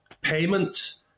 payments